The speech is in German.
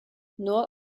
nur